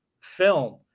film